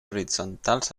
horitzontals